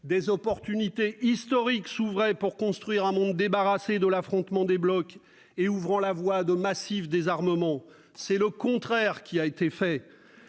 des opportunités historiques se présentaient pour construire un monde débarrassé de l'affrontement des blocs, ouvrant la voie à un désarmement massif. C'est le contraire qui a été fait